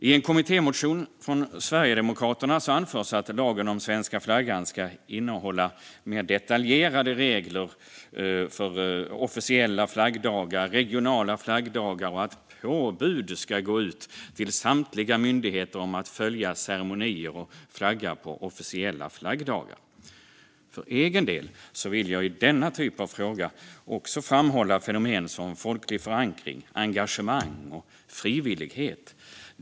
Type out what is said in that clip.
I en kommittémotion från Sverigedemokraterna anförs att lagen om Sveriges flagga ska innehålla mer detaljerade regler för officiella flaggdagar, regionala flaggor och att påbud ska gå ut till samtliga myndigheter om att följa ceremonier och flagga på officiella flaggdagar. För egen del vill jag i denna typ av frågor framhålla fenomen som folklig förankring, engagemang och frivillighet.